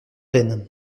veine